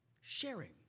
Sharing